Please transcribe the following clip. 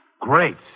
Great